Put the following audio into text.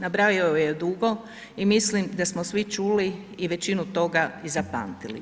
Nabrajao je dugo i mislim da smo svi čuli i većinu toga i zapamtili.